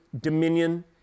dominion